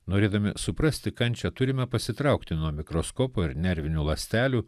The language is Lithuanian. norėdami suprasti kančią turime pasitraukti nuo mikroskopo ir nervinių ląstelių